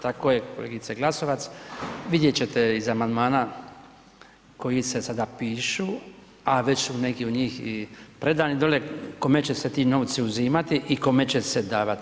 Tako je kolegice Glasovac, vidjet ćete vi iz amandmana koji se sada pišu, a već su neki od njih i predani dole, kome će se ti novci uzimati i kome će se davat.